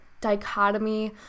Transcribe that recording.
dichotomy